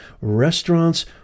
restaurants